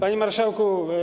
Panie Marszałku!